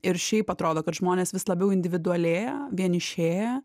ir šiaip atrodo kad žmonės vis labiau individualėja vienišėja